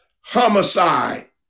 Homicide